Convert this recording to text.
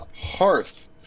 HEARTH